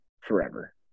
forever